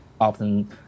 often